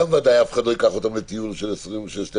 וגם שם ודאי אף אחד לא ייקח אותם לטיול של 12 שעות,